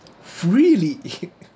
really